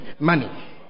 money